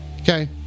Okay